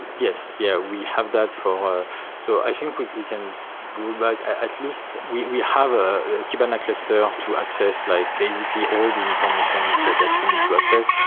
yes. yeah. we have that for so i think we we can go back at least, we we have ah a and cluster to access like basically all the information that that we need to access.